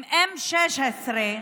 עם 16-M,